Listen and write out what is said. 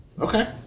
Okay